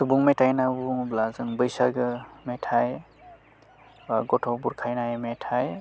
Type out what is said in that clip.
सुबुं मेथाइ होनानै बुङोब्ला जों बैसागो मेथाइ गथ' बुरखायनाय मेथाइ